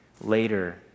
later